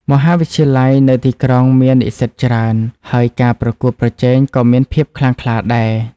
មហាវិទ្យាល័យនៅទីក្រុងមាននិស្សិតច្រើន ហើយការប្រកួតប្រជែងក៏មានភាពខ្លាំងក្លាដែរ។